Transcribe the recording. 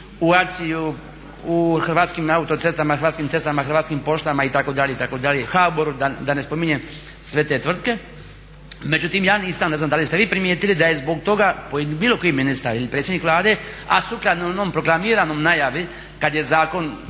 u Hrvatskim autocestama i Hrvatskim cestama, Hrvatskim poštama itd., itd., HBOR-u da ne spominjem sve te tvrtke. Međutim ja nisam, ne znam da li ste vi primijetili, da je zbog toga bilo koji ministar ili predsjednik Vlade, a sukladno onoj proklamiranoj najavi kad je zakon